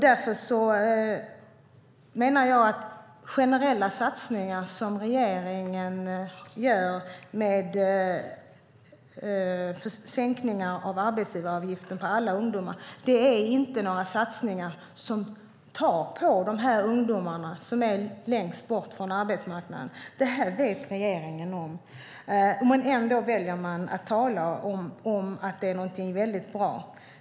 Därför menar jag att de generella satsningar som regeringen gör, som sänkningar av arbetsgivaravgiften för alla ungdomar, inte hjälper de ungdomar som är längst bort från arbetsmarknaden. Detta vet regeringen om. Ändå väljer man att tala om att detta skulle vara någonting väldigt bra.